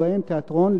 ובהם תיאטרון,